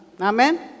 Amen